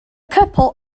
couple